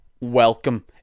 welcome